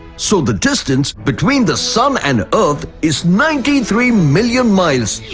so the distance between the sun and earth is ninety three million miles.